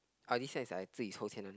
oh this year is I 自己抽签 [one]